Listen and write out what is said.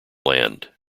land